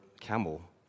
camel